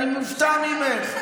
אני מופתע ממך.